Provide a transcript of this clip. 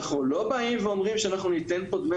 אנחנו לא באים ואומרים שאנחנו ניתן פה דמי